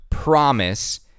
Promise